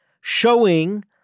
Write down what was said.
showing